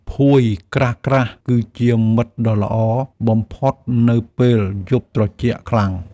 ភួយក្រាស់ៗគឺជាមិត្តដ៏ល្អបំផុតនៅពេលយប់ត្រជាក់ខ្លាំង។